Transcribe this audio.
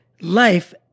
life